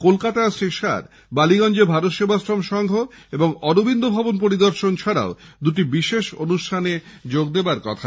কলকাতায় শ্রী শাহ র বালীগঞ্জে ভারত সেবাশ্রম সংঘ এবং অরবিন্দ ভবন পরিদর্শন ছাডাও দুটি বিশেষ অনুষ্ঠানে যোগ দেওয়া কথা